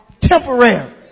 temporary